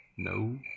No